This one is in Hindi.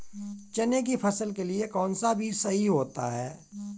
चने की फसल के लिए कौनसा बीज सही होता है?